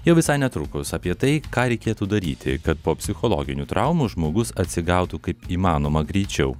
jau visai netrukus apie tai ką reikėtų daryti kad po psichologinių traumų žmogus atsigautų kaip įmanoma greičiau